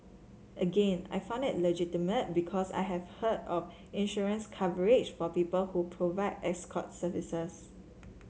again I found it legitimate because I have heard of insurance coverage for people who provide escort services